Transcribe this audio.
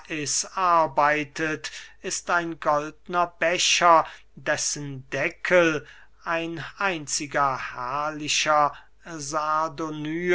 arbeitet ist ein goldner becher dessen deckel ein einziger herrlicher